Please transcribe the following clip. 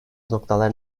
noktalar